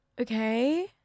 Okay